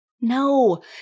no